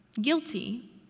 guilty